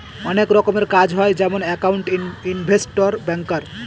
অনেক রকমের কাজ হয় যেমন একাউন্ট, ইনভেস্টর, ব্যাঙ্কার